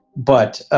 but